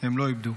הם לא איבדו.